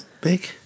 big